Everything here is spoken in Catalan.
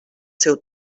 seu